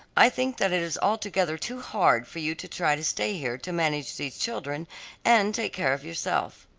i think that it is altogether too hard for you to try to stay here to manage these children and take care of yourself.